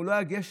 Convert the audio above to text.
הוא לא היה גשר.